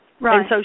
Right